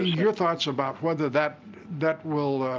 your thoughts about whether that that will,